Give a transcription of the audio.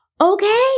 okay